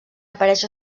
apareix